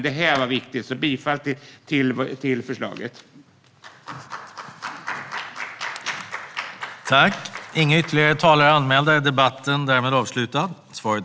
Detta var dock viktigt, så jag yrkar bifall till förslaget.